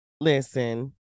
listen